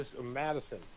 Madison